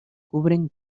cubren